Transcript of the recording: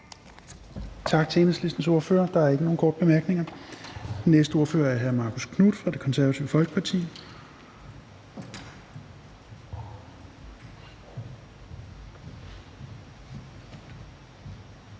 Tak til Enhedslistens ordfører. Der er ikke nogen korte bemærkninger. Den næste ordfører er hr. Marcus Knuth fra Det Konservative Folkeparti.